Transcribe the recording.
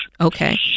Okay